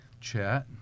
Chat